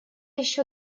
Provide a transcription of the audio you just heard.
еще